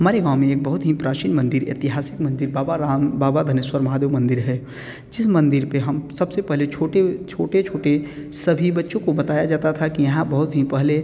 हमारे गाँव में एक बहुत ही प्राचीन मंदिर ऐतिहासिक मंदिर बाबा राम बाबा धनेश्वर महादेव मंदिर है जिस मंदिर पर हम सबसे पहले छोटे छोटे छोटे सभी बच्चों को बताया जाता था कि यहाँ बहुत ही पहले